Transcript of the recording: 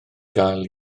gael